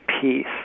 peace